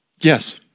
yes